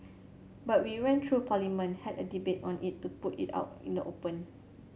but we went through Parliament had a debate on it put it out in the open